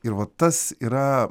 ir va tas yra